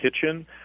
kitchen